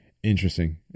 Interesting